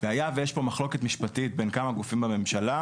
והיה ויש פה מחלוקת משפטית בין כמה גופים בממשלה,